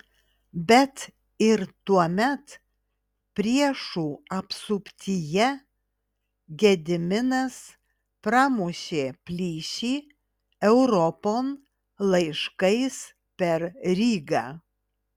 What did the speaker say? bet ir tuomet priešų apsuptyje gediminas pramušė plyšį europon laiškais per rygą